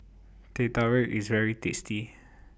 Teh Tarik IS very tasty